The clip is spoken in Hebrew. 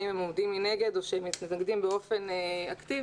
האם הם עומדים מנגד או שהם מתנגדים באופן אקטיבי.